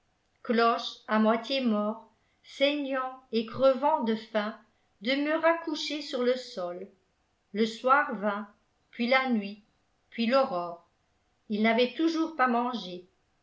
cloche à moitié mort saignant et crevant de faim demeura couché sur le sol le soir vint puis la nuit puis l'aurore il n'avait toujours pas mangé